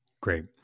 Great